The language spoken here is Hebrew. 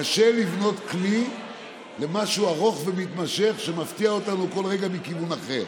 קשה לבנות כלי למשהו ארוך ומתמשך שמפתיע אותנו כל רגע מכיוון אחר.